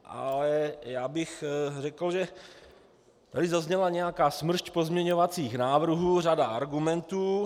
Ale já bych řekl, že tady zazněla nějaká smršť pozměňovacích návrhů, řada argumentů.